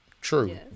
True